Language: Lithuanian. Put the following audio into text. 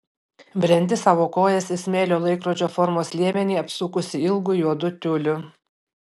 brendi savo kojas ir smėlio laikrodžio formos liemenį apsukusi ilgu juodu tiuliu